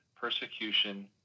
persecution